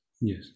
yes